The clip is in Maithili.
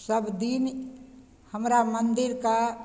सबदिन हमरा मन्दिरके